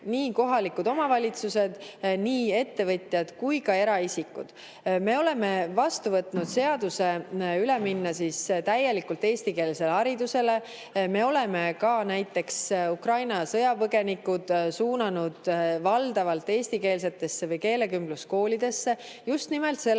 nii kohalikud omavalitsused, nii ettevõtjad kui ka eraisikud.Me oleme vastu võtnud seaduse, et üle minna täielikult eestikeelsele haridusele. Me oleme näiteks ka Ukraina sõjapõgenikud suunanud valdavalt eestikeelsetesse koolidesse või keelekümbluskoolidesse just nimelt selle